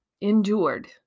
endured